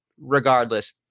regardless